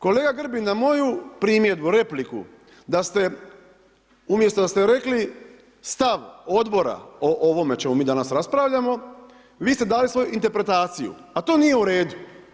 Kolega Grbin na moju primjedbu, repliku da ste, umjesto da ste rekli stav Odbora o ovome o čemu mi danas raspravljamo, vi ste dali svoju interpretaciju, a to nije u redu.